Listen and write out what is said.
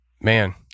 man